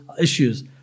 issues